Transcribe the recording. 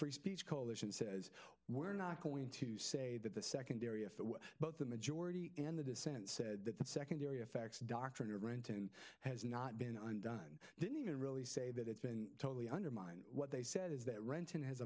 free speech coalition says we're not going to say that the secondary if it were but the majority and the dissent said that that secondary effects doctrine of renton has not been undone didn't even really say that it's been totally undermined what they said is that renting has